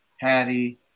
patty